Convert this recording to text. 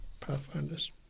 Pathfinders